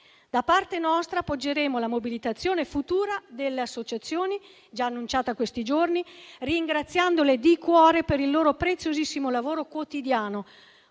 Da parte nostra appoggeremo la mobilitazione futura delle associazioni, già annunciata questi giorni, ringraziandole di cuore per il loro preziosissimo lavoro quotidiano,